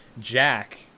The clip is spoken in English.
Jack